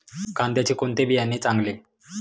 कांद्याचे कोणते बियाणे चांगले?